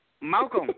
Malcolm